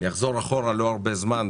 אני אחזור אחורה לא הרבה זמן.